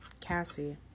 Cassie